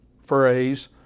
phrase